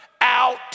out